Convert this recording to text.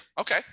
Okay